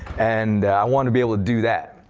and i wanted to be able to do that.